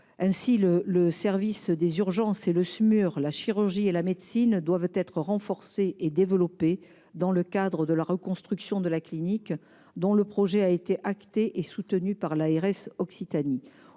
d'urgence et de réanimation (Smur), la chirurgie et la médecine doivent être renforcés et développés dans le cadre de la reconstruction de la clinique, dont le projet a été acté et soutenu par l'ARS d'Occitanie.